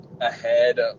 ahead